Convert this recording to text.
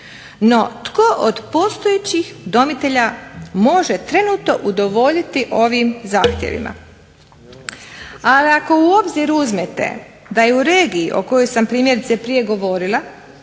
No tko od postojećih udomitelja može trenutno udovoljiti ovim zahtjevima? Ali ako u obzir uzmete da je u regiji o kojoj sam primjerice prije govorila